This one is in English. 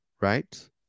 right